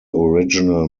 original